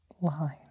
line